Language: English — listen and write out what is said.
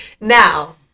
Now